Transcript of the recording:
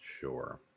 sure